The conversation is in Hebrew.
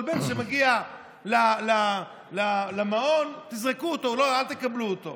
כל בן שמגיע למעון, תזרקו אותו, אל תקבלו אותו.